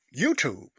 YouTube